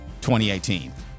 2018